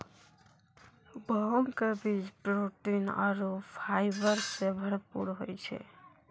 भांग के बीज प्रोटीन आरो फाइबर सॅ भरपूर होय छै